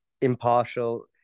impartial